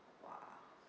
!wah!